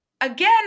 again